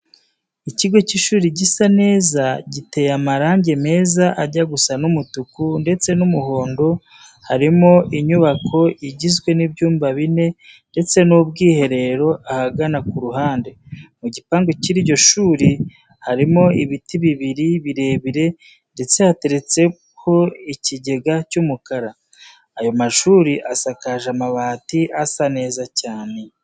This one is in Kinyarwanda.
Ikigo cy'ishuri gisa neza giteye amarange meza ajya gusa n'umutuku ndetse n'umuhondo harimo inyubako igizwe n'ibyumba bine ndetse n'ubwiherero ahagana ku ruhande. Mu gipangu cy'iryo shuri harimo ibiti bibiri birebire ndetse hateretseho n'ikigeza cy'umukara. Ayo mashuri asakaje amabati asa neza cyane.